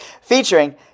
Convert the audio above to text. featuring